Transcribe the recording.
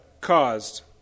caused